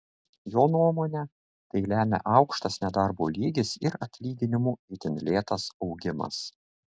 jo nuomone tai lemia aukštas nedarbo lygis ir atlyginimų itin lėtas augimas